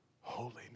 holiness